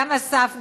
גם אסף,